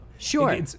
Sure